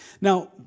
Now